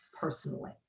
personally